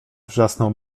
wrzasnął